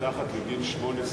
מתחת לגיל 18